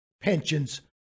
pensions